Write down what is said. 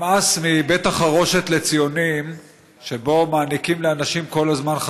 נמאס מבית החרושת לציונים שבו מעניקים לאנשים כל הזמן,